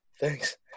thanks